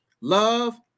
love